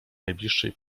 najbliższej